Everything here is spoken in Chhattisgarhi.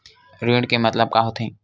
ऋण के मतलब का होथे?